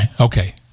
Okay